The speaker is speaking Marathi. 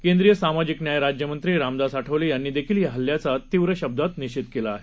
केंद्रीय सामाजिक न्याय राज्यमंत्री रामदास आठवले यांनीही या हल्याचा तीव्र निषेध केला आहे